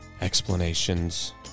Explanations